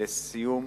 לסיום,